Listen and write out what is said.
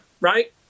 right